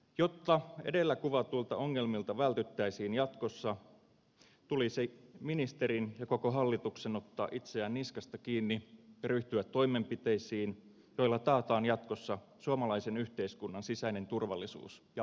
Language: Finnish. jotta edellä kuvatuilta ongelmilta vältyttäisiin jatkossa tulisi ministerin ja koko hallituksen ottaa itseään niskasta kiinni ja ryhtyä toimenpiteisiin joilla taataan jatkossa suomalaisen yhteiskunnan sisäinen turvallisuus ja vakaus